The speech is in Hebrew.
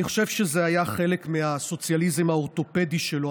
אני חושב שזה היה חלק מהסוציאליזם האורתופדי שלו,